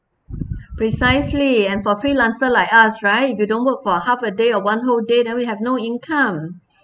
precisely and for freelancer like us right you don't work for half a day a one whole day we have no income